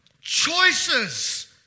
choices